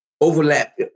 Overlap